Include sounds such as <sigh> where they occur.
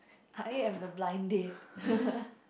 I'm the blind date <laughs>